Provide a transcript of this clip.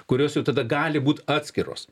kurios jau tada gali būt atskiros